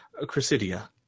Chrysidia